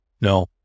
No